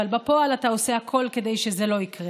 אבל בפועל אתה עושה הכול כדי שזה לא יקרה.